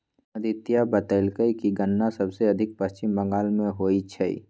अदित्य बतलकई कि गन्ना सबसे अधिक पश्चिम बंगाल में होई छई